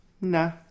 Nah